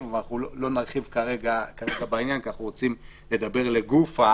אבל לא נרחיב כרגע בעניין כי אנחנו רוצים לדבר לגופה